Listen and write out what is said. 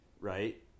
Right